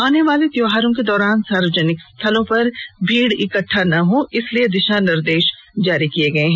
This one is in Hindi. आनेवाले त्यौहारों के दौरान सार्वजनिक स्थलों पर भीड़ इकट्ठा ना हो इसके लिए दिशा निर्देश जारी किये गये हैं